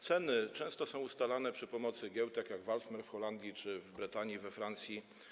Ceny często są ustalane za pomocą giełd, tak jak w Aalsmeer w Holandii czy w Bretanii we Francji.